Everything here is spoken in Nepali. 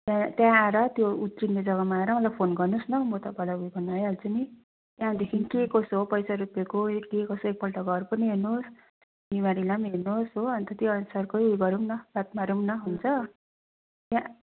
त्यहाँ आएर त्यो उत्रिने जग्गामा आएर मलाई फोन गर्नुहोस् न म तपाईँलाई ऊ यो गर्नु आइहाल्छु नि त्यहाँदेखिन् के कसो हो पैसा रुपियाँको के कसो एकपल्ट घर पनि हेर्नुहोस् बिमारीलाई पनि हेर्नुहोस् हो अन्त त्यो अनुसारको ऊ यो गरौँ न बात मारौँ न हुन्छ यहाँ